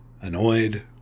annoyed